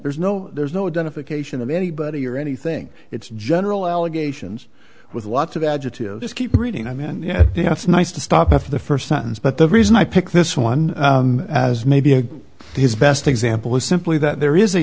there's no there's no done if occasion of anybody or anything it's general allegations with lots of adjectives keep reading i mean and yeah yeah it's nice to stop after the first sentence but the reason i pick this one as maybe a his best example is simply that there is a